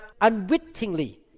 unwittingly